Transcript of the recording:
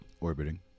orbiting